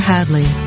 Hadley